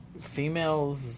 females